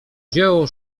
dzieło